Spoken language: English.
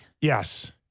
Yes